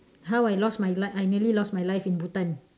how I lost my life I nearly lost my life in Bhutan